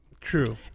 True